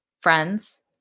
Friends